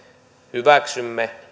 hyväksymme